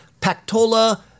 Pactola